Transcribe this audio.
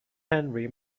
henry